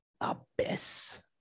abyss